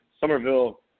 Somerville